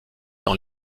dans